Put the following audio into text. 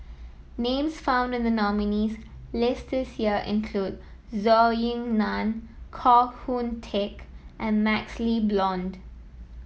names found in the nominees' list this year include Zhou Ying Nan Koh Hoon Teck and MaxLe Blond